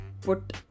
Put-